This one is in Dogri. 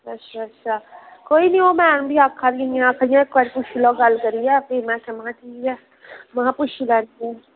अच्छा अच्छा कोई निं ओह् मैम बी आक्खा दियां हियां आक्खा दियां हियां इक बारी पुच्छी लैओ गल्ल करियै फ्ही में चलो महां ठीक ऐ महां पुच्छी लैन्नी आं